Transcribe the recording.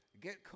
Get